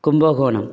Kumbakonam